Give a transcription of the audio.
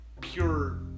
pure